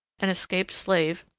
an escaped slave,